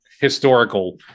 historical